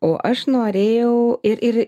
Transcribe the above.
o aš norėjau ir ir